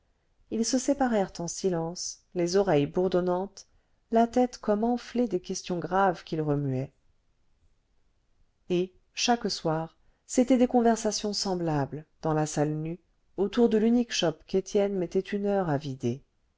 ils se séparèrent en silence les oreilles bourdonnantes la tête comme enflée des questions graves qu'ils remuaient et chaque soir c'étaient des conversations semblables dans la salle nue autour de l'unique chope qu'étienne mettait une heure à vider